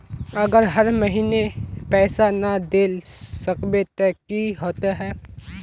अगर हर महीने पैसा ना देल सकबे ते की होते है?